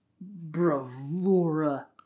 bravura